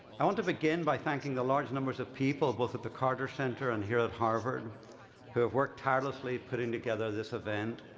i want to begin by thanking the large numbers of people both at the carter center and here at harvard who have worked tirelessly putting together this event.